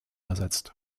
ersetzt